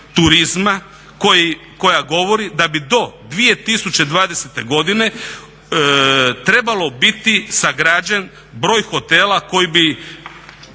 turizma koja govori da bi do 2020. godine trebalo biti sagrađen broj hotela koji bi